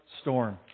storm